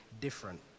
different